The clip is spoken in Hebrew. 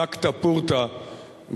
דקתָ פורתא,